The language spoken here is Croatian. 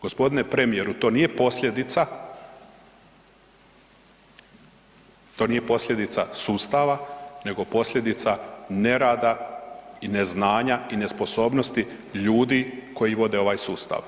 G. premijeru, to nije posljedica, to nije posljedica sustava nego posljedica nerada i neznanja i nesposobnosti ljudi koji vode ovaj sustav.